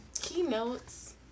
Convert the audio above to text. keynotes